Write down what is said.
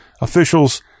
Officials